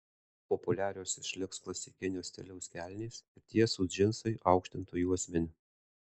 populiarios išliks klasikinio stiliaus kelnės ir tiesūs džinsai aukštintu juosmeniu